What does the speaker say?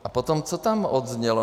A potom co tam odznělo?